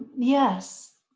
yes.